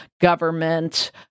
government